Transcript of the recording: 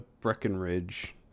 Breckenridge